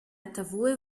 atavuwe